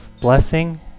blessing